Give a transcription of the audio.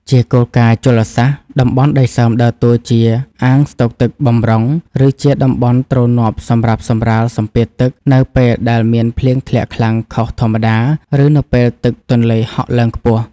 ជាគោលការណ៍ជលសាស្ត្រ តំបន់ដីសើមដើរតួជា អាងស្តុកទឹកបម្រុង ឬជាតំបន់ទ្រនាប់សម្រាប់សម្រាលសម្ពាធទឹក នៅពេលដែលមានភ្លៀងធ្លាក់ខ្លាំងខុសធម្មតា ឬនៅពេលទឹកទន្លេហក់ឡើងខ្ពស់។